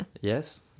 Yes